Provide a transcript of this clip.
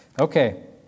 Okay